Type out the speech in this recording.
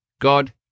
God